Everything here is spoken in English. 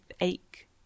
ache